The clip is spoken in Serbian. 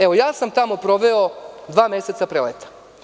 Evo, ja sam tamo proveo dva meseca pre leta.